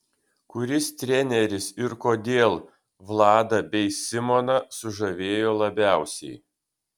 kuris treneris ir kodėl vladą bei simoną sužavėjo labiausiai